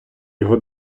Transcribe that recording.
його